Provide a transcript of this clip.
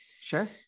Sure